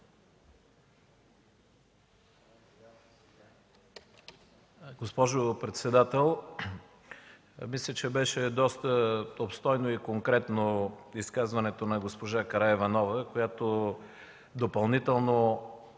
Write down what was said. Госпожо председател, мисля, че беше доста обстойно и конкретно изказването на госпожа Караиванова, която допълнително